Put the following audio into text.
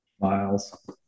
miles